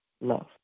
love